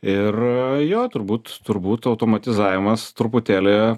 ir jo turbūt turbūt automatizavimas truputėlį